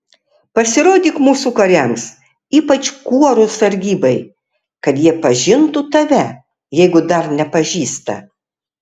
pasirodyk mūsų kariams ypač kuorų sargybai kad jie pažintų tave jeigu dar nepažįsta